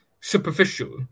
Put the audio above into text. superficial